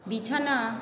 বিছানা